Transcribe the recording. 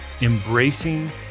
Embracing